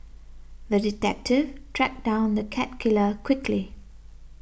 the detective tracked down the cat killer quickly